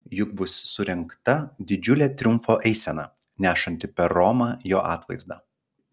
juk bus surengta didžiulė triumfo eisena nešanti per romą jo atvaizdą